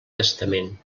testament